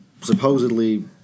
supposedly